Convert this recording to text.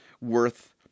Worth